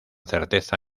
certeza